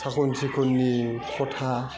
साखन सिखननि खथा